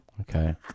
Okay